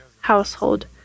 household